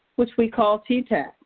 which we call ttac.